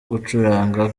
gucuranga